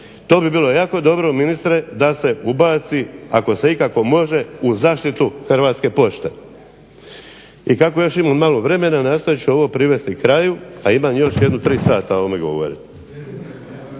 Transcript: To bi bilo jako dobro ministre da se ubaci ako se ikako može u zaštitu Hrvatske pošte. I kako još imam malo vremena nastojat ću ovo privesti kraju, a imam još jedno tri sata o ovome